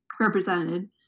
represented